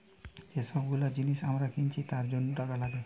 যে সব গুলো জিনিস আমরা কিনছি তার জন্য টাকা লাগে